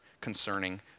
concerning